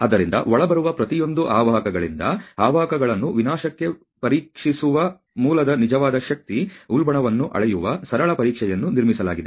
ಆದ್ದರಿಂದ ಒಳಬರುವ ಪ್ರತಿಯೊಂದು ಅವಾಹಕಗಳಿಂದ ಅವಾಹಕಗಳನ್ನು ವಿನಾಶಕ್ಕೆ ಪರೀಕ್ಷಿಸುವ ಮೂಲಕ ನಿಜವಾದ ಶಕ್ತಿ ಉಲ್ಬಣವನ್ನು ಅಳೆಯಲು ಸರಳ ಪರೀಕ್ಷೆಯನ್ನು ನಿರ್ಮಿಸಲಾಗಿದೆ